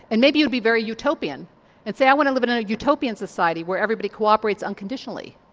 and maybe you'd be very utopian and say i want to live in a utopian society where everybody cooperates unconditionally.